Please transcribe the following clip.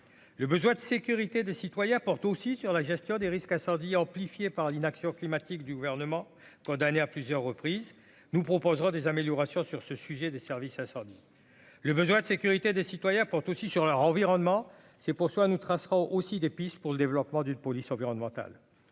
le besoin de sécurité des citoyens portent aussi sur la gestion des risques incendie amplifiée par l'inaction climatique du gouvernement, condamné à plusieurs reprises nous proposera des améliorations sur ce sujet des services incendie le besoin de sécurité des citoyens portent aussi sur leur environnement, c'est pour cela, nous tracera aussi des pistes pour le développement d'une police environnementale